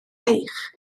eich